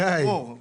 גיא,